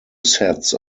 sets